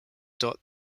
dot